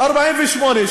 1948,